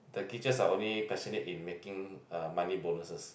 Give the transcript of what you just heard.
the teachers are only passionate in making uh money bonuses